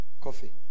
Coffee